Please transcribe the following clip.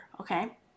okay